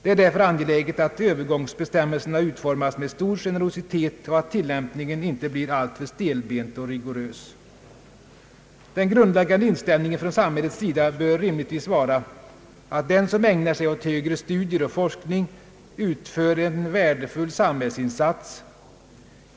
Det är därför angeläget att övergångsbestämmelserna utformas med stor generositet och att tillämpningen inte blir alltför stelbent och rigorös. Den grundläggande inställningen från samhällets sida bör rimligtvis vara att den som ägnar sig åt högre studier och forskning utför en värdefull samhällsinsats.